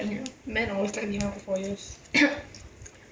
men always let me down for four years